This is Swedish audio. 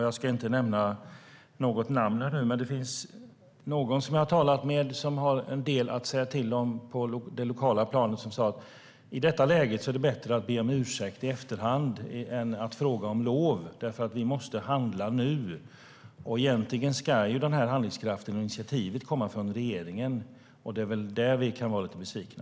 Jag ska inte nämna något namn här. Det finns någon som jag talat med som har en del att säga till om på det lokala planet som sa: I detta läge är det bättre att be om ursäkt i efterhand än att fråga om lov, eftersom vi måste handla nu. Egentligen ska handlingskraften och initiativet komma från regeringen. Det är där vi kan vara lite besvikna.